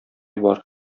бар